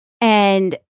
And-